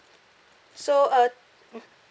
so uh mm